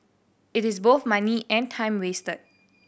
it is both money and time wasted